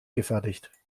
gefertigt